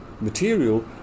material